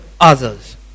others